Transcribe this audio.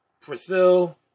Brazil